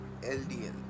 LDL